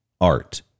art